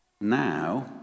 now